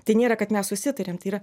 tai nėra kad nesusitariam tai yra